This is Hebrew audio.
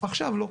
עכשיו לא.